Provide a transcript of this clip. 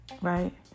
right